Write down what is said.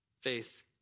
faith